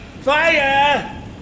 Fire